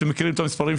אתם מכירים את המספרים.